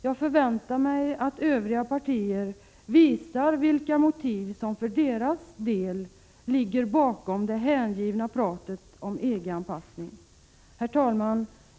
Jag förväntar mig att övriga partier visar vilka motiv som för deras del ligger bakom det hängivna talet om EG-anpassning. Herr talman!